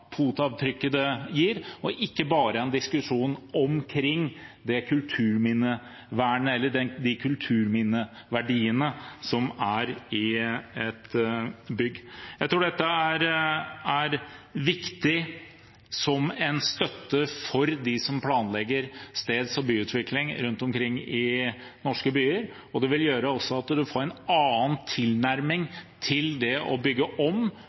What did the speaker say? gir, og at det ikke bare er en diskusjon om det kulturminnevernet eller de kulturminneverdiene som er i et bygg. Jeg tror dette er viktig som en støtte for dem som planlegger steds- og byutvikling rundt omkring i norske byer. Det vil også gjøre at man får en annen tilnærming til det å bygge om